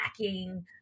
lacking